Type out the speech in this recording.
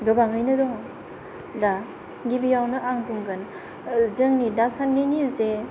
गोबांयैनो दङ दा गिबियावनो आं बुंगोन जोंनि दासान्दिनि जे